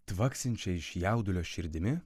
tvaksinčia iš jaudulio širdimi